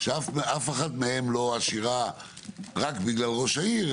שאף אחת מהן לא עשירה רק בגלל ראש העיר,